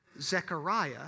Zechariah